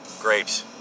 grapes